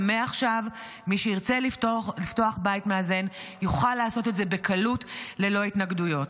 ומעכשיו מי שירצה לפתוח בית מאזן יוכל לעשות את זה בקלות בלי התנגדויות.